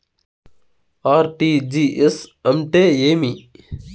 RTGS అంటే ఏమి